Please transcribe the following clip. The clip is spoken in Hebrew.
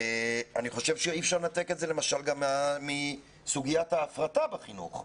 אני חושב שאי אפשר לנתק את זה למשל גם מסוגיית ההפרטה בחינוך.